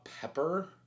pepper